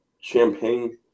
champagne